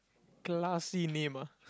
classy name ah